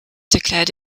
declared